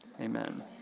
Amen